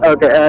Okay